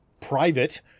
private